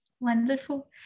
Wonderful